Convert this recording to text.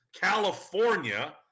California